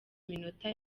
minota